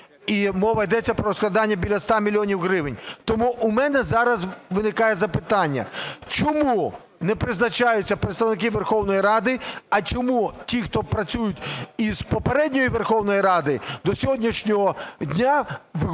мова йде про розкрадання біля 100 мільйонів гривень. Тому у мене зараз виникає запитання: чому не призначаються представники Верховної Ради, а чому ті, хто працюють із попередньої Верховної Ради, до сьогоднішнього дня виконують